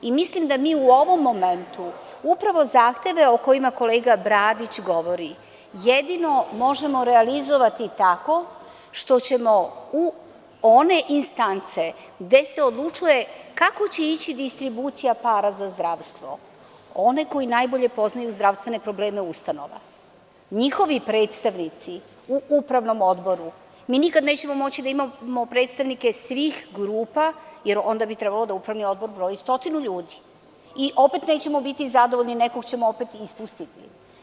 Zato mislim da mi u ovom momentu upravo zahteve o kojima kolega Bradić govori jedino možemo realizovati tako što ćemo u one instance gde se odlučuje kako će ići distribucija para za zdravstvo, one koji najbolje poznaju zdravstvene probleme ustanova, njihovi predstavnici u upravnom odboru, mi nikada nećemo moći da imamo predstavnike svih grupa, jer onda bi trebalo da upravni odbor broji stotine ljudi i opet nećemo biti zadovoljni, opet ćemo nekoga ispustiti.